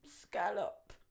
scallop